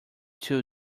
two